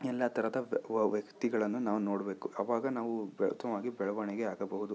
ಎಲ್ಲ ಥರದ ವ್ಯಕ್ತಿಗಳನ್ನು ನಾವು ನೋಡಬೇಕು ಅವಾಗ ನಾವು ಬೆ ಉತ್ತಮವಾಗಿ ಬೆಳವಣಿಗೆ ಆಗಬಹುದು